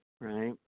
right